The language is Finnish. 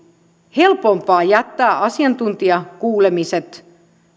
helpompaa jättää asiantuntijakuulemiset